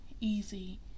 easy